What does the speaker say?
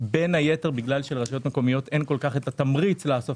בין היתר בגלל שלרשויות מקומיות אין את התמריץ לאסוף